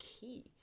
key